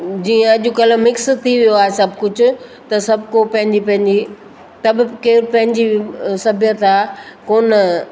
जीअं अॼुकल्ह मिक्स थी वियो आहे सभु कुझु त सभु को पंहिंजी पंहिंजी तबबि केरु पंहिंजी सभ्यता कोन